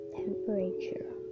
temperature